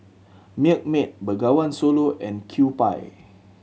Milkmaid Bengawan Solo and Kewpie